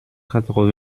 quatre